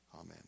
Amen